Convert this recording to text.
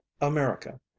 america